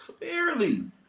clearly